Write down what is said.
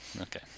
Okay